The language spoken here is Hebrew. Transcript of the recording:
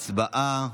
הצבעה.